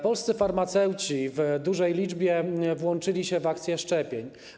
Polscy farmaceuci w dużej liczbie włączyli się w akcję szczepień.